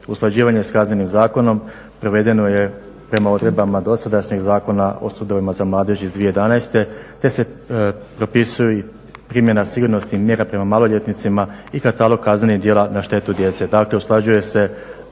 Usklađivanje s Kaznenim zakonom provedeno je prema odredbama dosadašnjeg Zakona o sudovima za mladež iz 2011., te se propisuje i primjena sigurnosnih mjera prema maloljetnicima i katalog kaznenih djela na štetu djece.